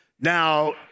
Now